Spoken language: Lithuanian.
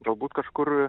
galbūt kažkur